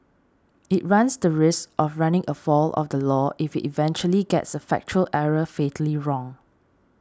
it runs the risk of running afoul of the law if it eventually gets a factual error fatally wrong